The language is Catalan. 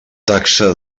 taxa